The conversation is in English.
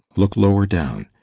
look lower down.